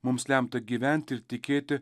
mums lemta gyventi ir tikėti